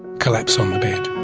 collapse on the bed.